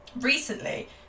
Recently